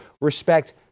respect